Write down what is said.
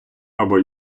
або